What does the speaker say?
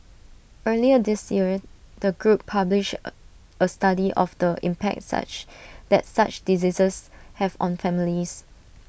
earlier this year the group published A study of the impact such that such diseases have on families